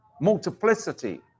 multiplicity